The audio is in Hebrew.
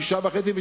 זה 6.5%,